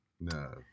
No